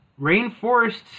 Rainforests